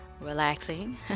relaxing